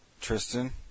Tristan